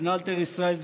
בן אלתר ישראל,